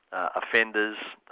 offenders,